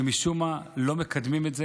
ומשום מה לא מקדמים את זה.